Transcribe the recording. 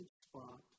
spot